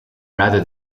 rather